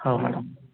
ହେଉ ମ୍ୟାଡ଼ମ